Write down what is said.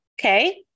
Okay